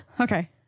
Okay